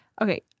Okay